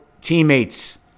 teammates